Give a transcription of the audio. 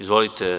Izvolite.